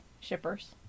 shippers